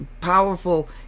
powerful